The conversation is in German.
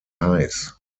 heiß